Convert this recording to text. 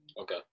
Okay